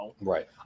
Right